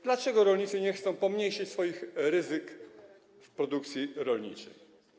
Dlaczego rolnicy nie chcą pomniejszyć swoich ryzyk w produkcji rolniczej?